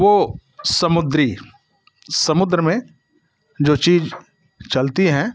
वो समुद्री समुद्र में जो चीज चलती है